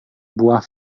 buah